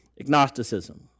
agnosticism